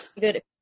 good